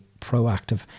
proactive